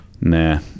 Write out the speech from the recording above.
Nah